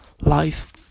life